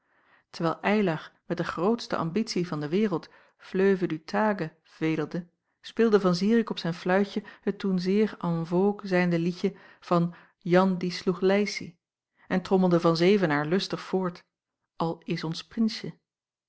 terwijl eylar met de grootste ambitie van de wereld fleuve du tage vedelde speelde van zirik op zijn fluitje het toen zeer en vogue zijnde lied van jan die sloeg lijsie en trommelde van zevenaer lustig voort al is ons prinsje